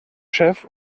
chef